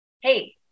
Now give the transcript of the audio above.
hey